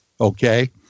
okay